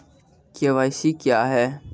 KYC क्या हैं?